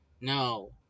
No